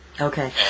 Okay